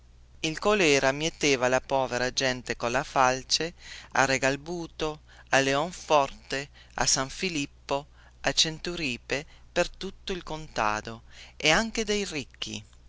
il colèra mieteva la povera gente colla falce a regalbuto a leonforte a san filippo a centuripe per tutto il contado e anche dei ricchi